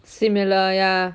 similar also